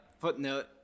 footnote